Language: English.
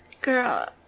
Girl